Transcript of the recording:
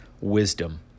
wisdom